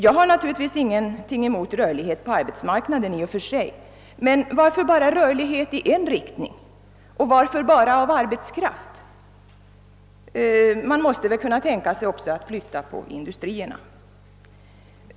Jag har naturligtvis ingenting emot rörlighet på arbetsmarknaden i och för sig, men varför rörlighet bara i en riktning, och varför bara av arbetskraft? Man måste väl kunna tänka sig att också flytta på industrierna.